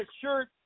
shirt